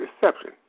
deception